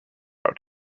out